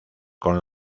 con